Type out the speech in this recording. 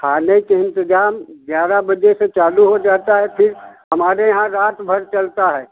खाने से इंतजाम ग्यारह बजे से चालू हो जाता है फिर हमारे यहाँ रात भर चलता है